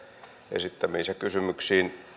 esittämiinsä kysymyksiin